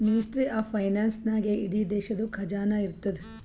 ministry of finance ನಾಗೇ ಇಡೀ ದೇಶದು ಖಜಾನಾ ಇರ್ತುದ್